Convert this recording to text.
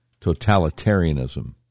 totalitarianism